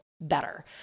better